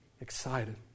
excited